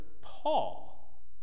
Paul